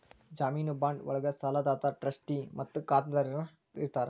ಜಾಮೇನು ಬಾಂಡ್ ಒಳ್ಗ ಸಾಲದಾತ ಟ್ರಸ್ಟಿ ಮತ್ತ ಖಾತರಿದಾರ ಇರ್ತಾರ